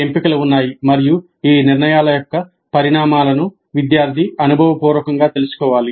ఎంపికలు ఉన్నాయి మరియు ఈ నిర్ణయాల యొక్క పరిణామాలను విద్యార్థి అనుభవ పూర్వకంగా తెలుసుకోవాలి